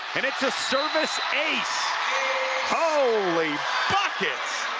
and it's a service ace holy buckets!